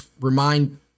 remind